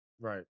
Right